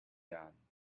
done